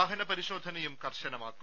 വാഹന പരിശോധനയും കർശനമാക്കും